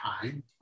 time